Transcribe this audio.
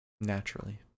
Naturally